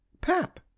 pap